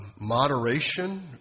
moderation